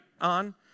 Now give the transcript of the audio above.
on